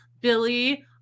Billy